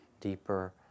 deeper